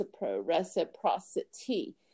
reciprocity